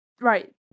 Right